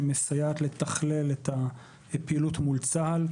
שמסייעת לתכלל את הפעילות מול צה"ל,